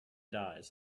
dies